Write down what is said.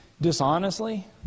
dishonestly